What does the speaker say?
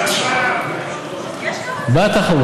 בעד תחרות.